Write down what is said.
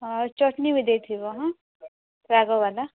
ହଁ ଆଉ ଚଟ୍ନି ବି ଦେଇଥିବ ହଁ ରାଗବାଲା